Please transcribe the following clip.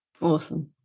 Awesome